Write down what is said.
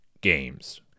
games